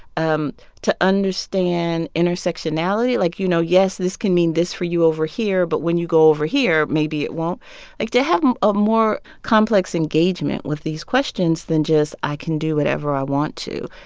um to understand intersectionality, like, you know, yes, this can mean this for you over here, but when you go over here, maybe it won't like, to have a more complex engagement with these questions than just, i can do whatever i want to,